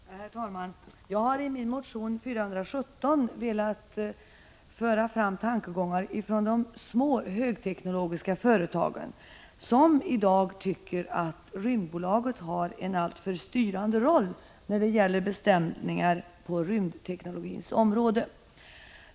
Herr talman! Jag har i min motion 417 velat föra fram tankegångar från de små högteknologiska företagen, som i dag tycker att Rymdbolaget har en alltför styrande roll när det gäller beställningar på rymdteknologins område.